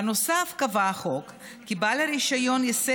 בנוסף קבע החוק כי בעל הרישיון יישא